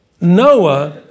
Noah